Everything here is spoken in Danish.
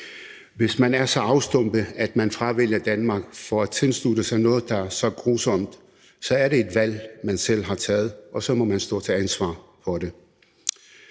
Hvis man er så afstumpet, at man fravælger Danmark for at tilslutte sig noget, der er så grusomt, er det et valg, man selv har taget, og så må man stå til ansvar for det.